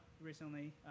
recently